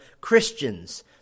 Christians